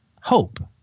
hope